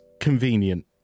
convenient